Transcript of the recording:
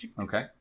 Okay